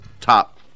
top